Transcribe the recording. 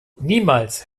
niemals